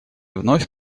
вновь